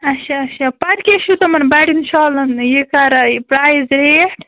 اَچھا اَچھا پَتہٕ کیٛاہ چھُو تِمَن بَڈٮ۪ن شالَن یہِ کران پرایِز ریٹ